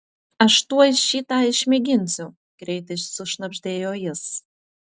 aš tuoj šį tą išmėginsiu greitai sušnabždėjo jis